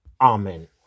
Amen